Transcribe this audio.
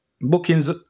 bookings